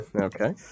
okay